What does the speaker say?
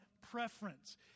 preference